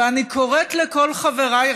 ואני קוראת לכל חבריי,